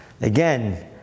Again